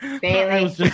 Bailey